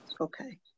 Okay